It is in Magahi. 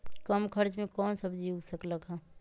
कम खर्च मे कौन सब्जी उग सकल ह?